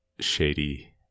shady